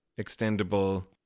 extendable